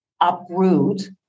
uproot